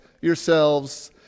yourselves